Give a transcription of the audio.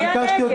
ביקשתי עוד קודם.